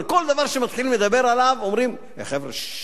כל דבר שמתחילים לדבר עליו, אומרים: חבר'ה, ששש,